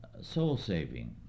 soul-saving